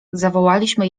zawołaliśmy